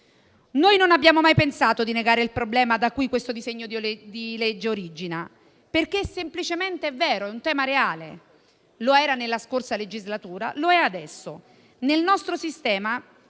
Noi non abbiamo mai pensato di negare il problema da cui questo disegno di legge ha origine, perché semplicemente è vero, è un tema reale; lo era nella scorsa legislatura e lo è adesso.